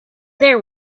there